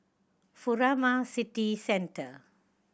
Furama City Centre